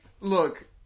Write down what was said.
look